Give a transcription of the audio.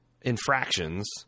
infractions